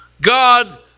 God